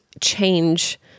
change